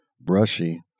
Brushy